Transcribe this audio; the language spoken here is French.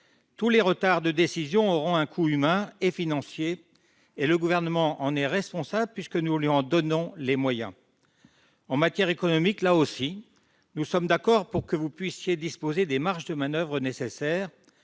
Tous les retards de décision auront un coût humain et financier, et le Gouvernement en est responsable puisque nous lui en donnons les moyens. En matière économique, là aussi, nous sommes d'accord pour que vous puissiez disposer des marges de manoeuvre nécessaires,